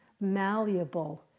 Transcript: malleable